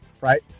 right